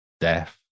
death